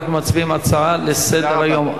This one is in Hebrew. אנחנו מצביעים על הצעה לסדר-היום.